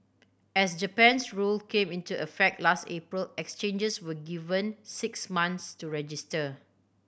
as Japan's rule came into effect last April exchanges were given six months to register